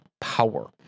power